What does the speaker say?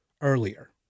earlier